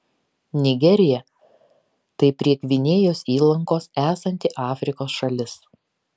nigerija tai prie gvinėjos įlankos esanti afrikos šalis